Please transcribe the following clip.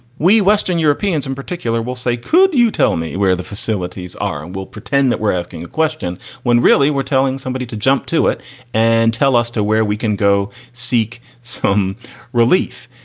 we western europeans in particular, will say, could you tell me where the facilities are? and we'll pretend that we're asking a question when really we're telling somebody to jump to it and tell us to where we can go seek some relief.